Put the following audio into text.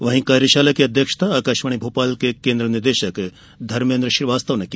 वहीं कार्यशाला की अध्यक्षता आकाशवाणी भोपाल के केन्द्र निदेशक धर्मेन्द्र श्रीवास्तव ने की